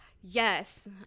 yes